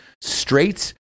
straight